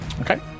Okay